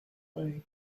way